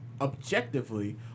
objectively